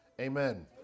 Amen